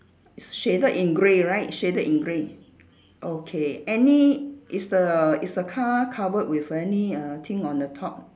shaded in grey right shaded in grey okay any is the is the car covered with any err thing on the top